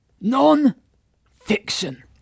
Non-fiction